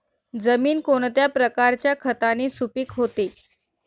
जमीन कोणत्या प्रकारच्या खताने सुपिक होते?